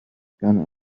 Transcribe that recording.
gone